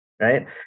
right